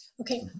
Okay